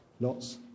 Lots